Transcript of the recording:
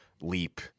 leap